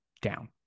down